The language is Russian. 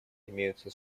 имеются